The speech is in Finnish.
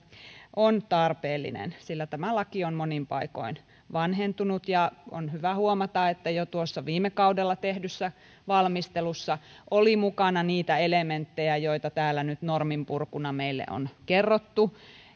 on tarpeellinen sillä tämä laki on monin paikoin vanhentunut ja on hyvä huomata että jo viime kaudella tehdyssä valmistelussa oli mukana niitä elementtejä joita täällä nyt norminpurkuna meille on kerrottu